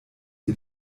ihr